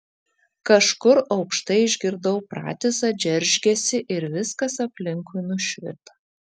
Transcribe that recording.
kažkur aukštai išgirdau pratisą džeržgesį ir viskas aplinkui nušvito